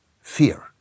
fear